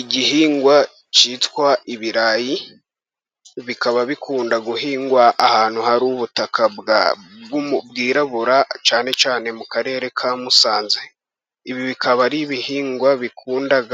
Igihingwa cyitwa ibirayi, bikaba bikunda guhingwa ahantu hari ubutaka bwirabura cyane cyane mu karere ka Musanze. Ibi bikaba ari ibihingwa bikundag